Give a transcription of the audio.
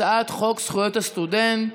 הצעת חוק זכויות הסטודנט,